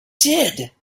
did